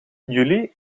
juli